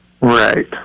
Right